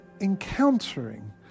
encountering